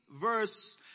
verse